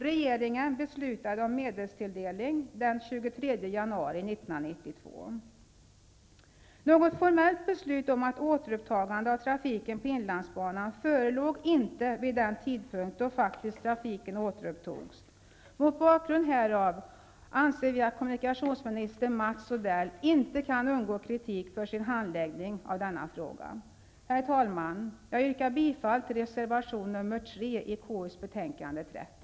Regeringen beslutade om medelstilldelning den 23 januari Något formellt beslut om ett återupptagande av trafiken på inlandsbanan förelåg inte vid den tidpunkt då trafiken faktiskt återupptogs. Mot bakgrund härav anser vi att kommunikationsminister Mats Odell inte kan undgå kritik för sin handläggning av denna fråga. Herr talman! Jag yrkar bifall till reservation nr 3 i